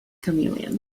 chameleon